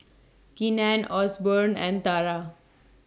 Keenen Osborne and Tara